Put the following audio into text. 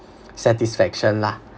satisfaction lah